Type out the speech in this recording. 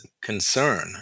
concern